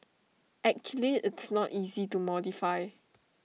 actually it's not easy to modify